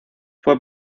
fue